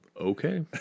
Okay